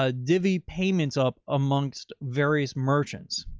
ah divvy payments up amongst various merchants.